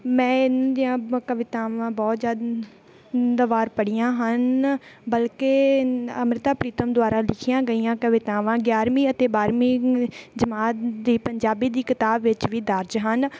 ਮੈਂ ਇਨ੍ਹਾਂ ਦੀਆਂ ਕਵਿਤਾਵਾਂ ਬਹੁਤ ਜ਼ਿਆਦਾ ਵਾਰ ਪੜ੍ਹੀਆਂ ਹਨ ਬਲਕਿ ਅੰਮ੍ਰਿਤਾ ਪ੍ਰੀਤਮ ਦੁਆਰਾ ਲਿਖੀਆਂ ਗਈਆਂ ਕਵਿਤਾਵਾਂ ਗਿਆਰ੍ਹਵੀਂ ਅਤੇ ਬਾਰ੍ਹਵੀਂ ਜਮਾਤ ਦੀ ਪੰਜਾਬੀ ਦੀ ਕਿਤਾਬ ਵਿੱਚ ਵੀ ਦਰਜ ਹਨ